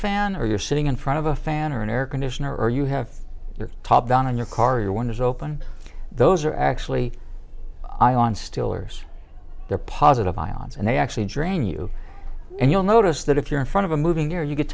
fan or you're sitting in front of a fan or an air conditioner or you have your top down in your car or one is open those are actually i on stiller's they're positive ions and they actually drain you and you'll notice that if you're in front of a moving year you get